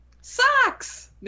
Socks